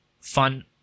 fun